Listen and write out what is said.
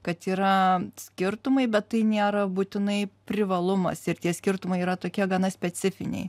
kad yra skirtumai bet tai nėra būtinai privalumas ir tie skirtumai yra tokie gana specifiniai